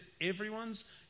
everyone's